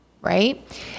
right